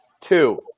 Two